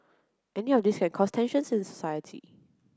any of these can cause tensions in society